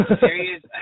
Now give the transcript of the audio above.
serious